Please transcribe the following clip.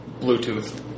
Bluetooth